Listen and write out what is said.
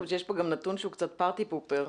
שיש כאן גם נתון שהוא קצת פרטי קופר.